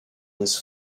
was